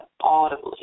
audibly